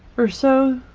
or so.